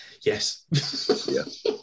yes